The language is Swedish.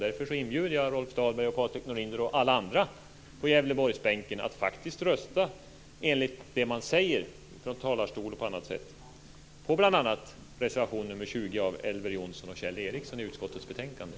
Därför inbjuder jag Gävleborgsbänken att faktiskt rösta så som de säger från talarstolen och på andra sätt. De kan rösta bl.a.